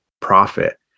profit